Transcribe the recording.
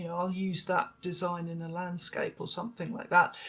you know i'll use that design in the landscape or something like that.